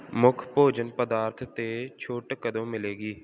ਮੁੱਖ ਭੋਜਨ ਪਦਾਰਥ 'ਤੇ ਛੋਟ ਕਦੋਂ ਮਿਲੇਗੀ